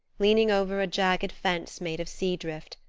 leaning over a jagged fence made of sea-drift,